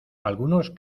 algunos